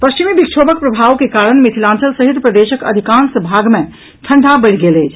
पश्चिमी विक्षोभक प्रभाव के कारण मिथिलाचंल सहित प्रदेशक अधिकांश भाग मे ठंडा बढ़ि गेल अछि